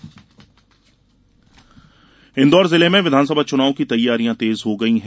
paid news Indore जिले में विधानसभा चुनाव की तैयारियां तेज हो गयी है